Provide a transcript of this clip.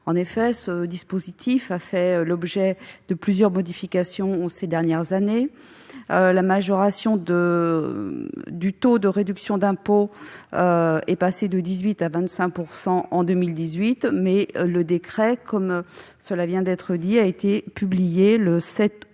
En effet, ce dispositif a fait l'objet de plusieurs modifications ces dernières années : la majoration du taux de réduction d'impôt est passée de 18 % à 25 % en 2018, mais le décret n'a été publié que le 7 août